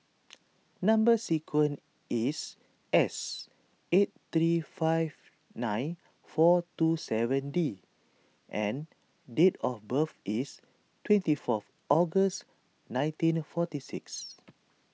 Number Sequence is S eight three five nine four two seven D and date of birth is twenty fourth August nineteen forty six